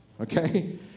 Okay